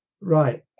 Right